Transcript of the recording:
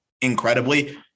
incredibly